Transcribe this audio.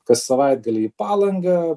kas savaitgalį į palangą